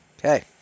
Okay